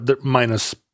minus